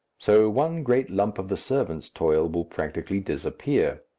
so one great lump of the servant's toil will practically disappear.